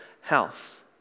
health